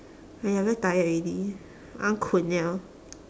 !aiya! very tired already I want kun [liao]